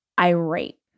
irate